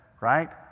right